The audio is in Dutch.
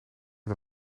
het